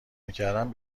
میکردم